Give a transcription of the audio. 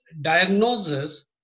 diagnosis